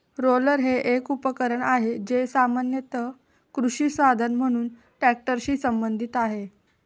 roller हे एक उपकरण आहे, जे सामान्यत कृषी साधन म्हणून ट्रॅक्टरशी संबंधित आहे